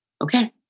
Okay